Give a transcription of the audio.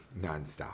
nonstop